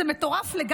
זה מטורף לגמרי.